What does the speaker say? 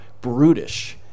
brutish